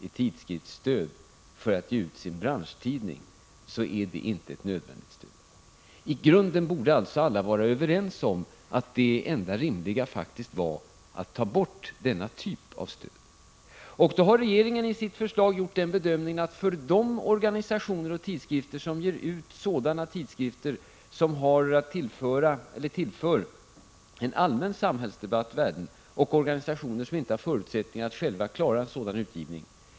i tidskriftsstöd för att ge ut sin branschtidning, är det stödet inte nödvändigt. I grunden borde alltså alla vara överens om att det enda rimliga faktiskt vore att ta bort denna typ av stöd. Regeringen har i sitt förslag gjort den bedömningen att det allmänna kulturtidskriftsstödet skall förstärkas för de organisationer och tidskrifter som ger ut sådana tidskrifter som tillför värden till en allmän samhällsdebatt men som inte har förutsättningar att själva klara en utgivning.